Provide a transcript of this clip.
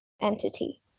entity